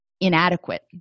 inadequate